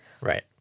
Right